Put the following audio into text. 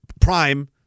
Prime